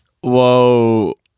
Whoa